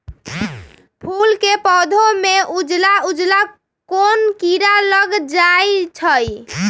फूल के पौधा में उजला उजला कोन किरा लग जई छइ?